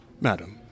Madam